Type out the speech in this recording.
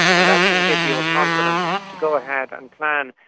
and that can give you a confidence to go ahead and plan,